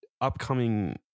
upcoming